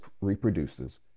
reproduces